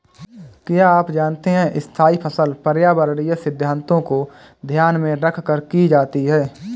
क्या आप जानते है स्थायी फसल पर्यावरणीय सिद्धान्तों को ध्यान में रखकर की जाती है?